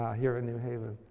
here in new haven.